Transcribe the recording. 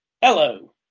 Hello